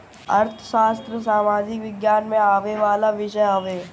अर्थशास्त्र सामाजिक विज्ञान में आवेवाला विषय हवे